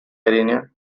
arena